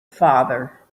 father